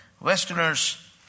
Westerners